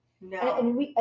No